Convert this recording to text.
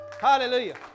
Hallelujah